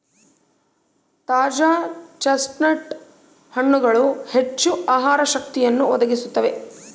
ತಾಜಾ ಚೆಸ್ಟ್ನಟ್ ಹಣ್ಣುಗಳು ಹೆಚ್ಚು ಆಹಾರ ಶಕ್ತಿಯನ್ನು ಒದಗಿಸುತ್ತವೆ